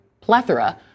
plethora